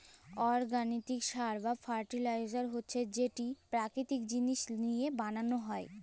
organic সার বা fertiliser হছে যেট পাকিতিক জিলিস লিঁয়ে বালাল হ্যয়